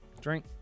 Drink